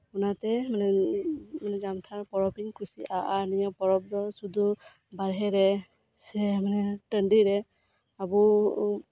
ᱚᱱᱟᱛᱮ ᱢᱟᱱᱮ ᱡᱟᱱᱛᱷᱟᱲ ᱯᱚᱨᱚᱵᱽ ᱤᱧ ᱠᱩᱥᱤᱭᱟᱜᱼᱟ ᱟᱨ ᱱᱤᱭᱟᱹ ᱯᱚᱨᱵᱽ ᱫᱚ ᱥᱩᱫᱩ ᱵᱟᱨᱦᱮ ᱨᱮ ᱥᱮ ᱢᱟᱱᱮ ᱴᱟᱸᱰᱤ ᱨᱮ ᱟᱵᱚ